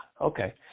okay